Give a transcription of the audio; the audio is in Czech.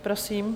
Prosím.